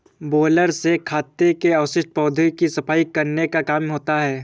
baler से खेतों के अवशिष्ट पौधों की सफाई करने का काम होता है